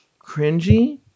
cringy